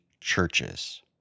churches